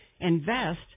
invest